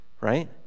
right